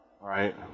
Right